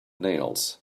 nails